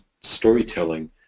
storytelling